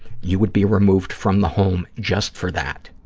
you would be removed from the home just for that.